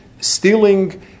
stealing